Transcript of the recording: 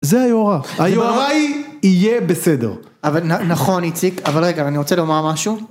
זה היוערי, היוערי יהיה בסדר. אבל נכון איציק, אבל רגע, אני רוצה לומר משהו.